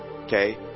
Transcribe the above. okay